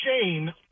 Shane